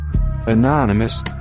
Anonymous